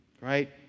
Right